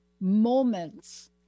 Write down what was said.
moments